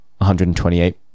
128